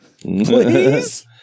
please